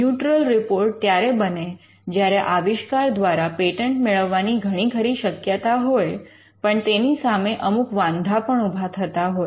neutral report l ત્યારે બને જ્યારે આવિષ્કાર દ્વારા પેટન્ટ મેળવવાની ઘણી ખરી શક્યતા હોય પણ તેની સામે અમુક વાંધા પણ ઊભા થતા હોય